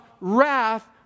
wrath